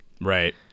right